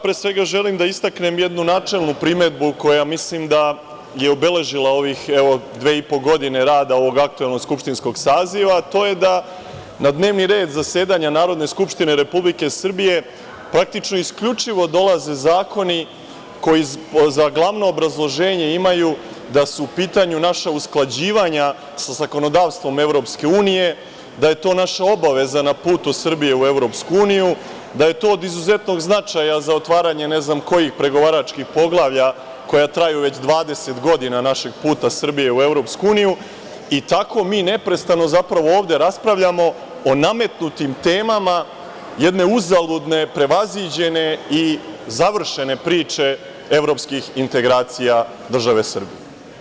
Pre svega, želim da istaknem jednu načelnu primedbu, koja mislim da je obeležila ovih dve i po godine rada ovog aktuelnog skupštinskog saziva, a to je da na dnevni red zasedanja Narodne skupštine Republike Srbije praktično isključivo dolaze zakoni koji za glavno obrazloženje imaju da su u pitanju naša usklađivanja sa zakonodavstvom EU, da je to naša obaveza na putu Srbije u EU, da je to od izuzetnog značaja za otvaranja ne znam kojih pregovaračkih poglavlja koja traju već 20 godina našeg puta Srbije u EU i tako mi neprestano ovde raspravljamo o nametnutim temama jedne uzaludne, prevaziđene i završene priče evropskih integracija države Srbije.